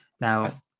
Now